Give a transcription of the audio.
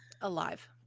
Alive